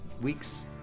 weeks